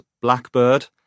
Blackbird